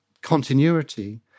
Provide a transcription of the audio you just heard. continuity